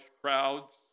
crowds